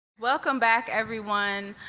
welcome back, everyone.